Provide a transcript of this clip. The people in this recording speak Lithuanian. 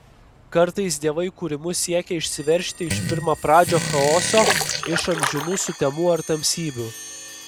kartais dievai kūrimu siekia išsiveržti iš pirmapradžio chaoso iš amžinų sutemų ar tamsybių